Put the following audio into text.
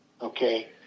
Okay